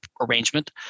arrangement